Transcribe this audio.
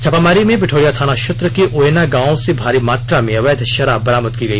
छापेमारी में पिठोरिया थाना क्षेत्र के ओयना गांव से भारी मात्रा में अवैध शराब बरामद की गई